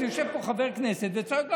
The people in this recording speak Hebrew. אז יושב פה חבר כנסת וצועק.